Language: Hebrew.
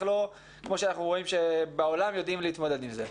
כמו שאנחנו רואים שבעולם יודעים להתמודד עם זה.